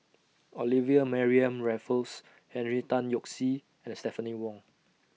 Olivia Mariamne Raffles Henry Tan Yoke See and Stephanie Wong